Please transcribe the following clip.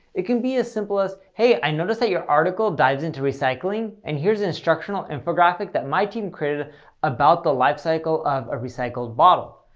it can be as simple as, hey, i noticed that your article dives into recycling and here's an instructional infographic that my team created about the lifecycle of a recycled bottle.